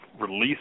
release